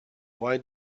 why